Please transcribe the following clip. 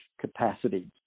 capacity